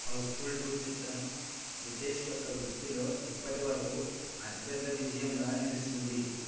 Housefull two చిత్రం రితేష్ యొక్క వృత్తిలో ఇప్పటి వరకు అతి పెద్ద విజయంగా నిలిచింది